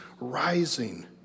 rising